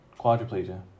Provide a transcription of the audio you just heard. quadriplegia